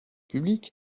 public